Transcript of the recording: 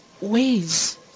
ways